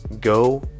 go